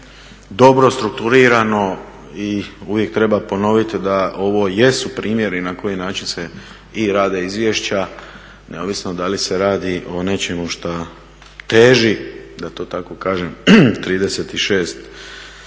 dobro strukturirano. I uvijek treba ponoviti da ovo jesu primjeri na koji način se i rade izvješća neovisno da li se radi o nečemu šta teži da to tako kažem 36